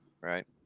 Right